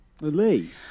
Lee